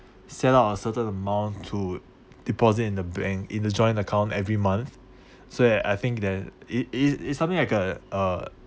set up a certain amount to deposit in the bank in the joint account every month so that I think there it it something like a uh